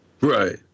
Right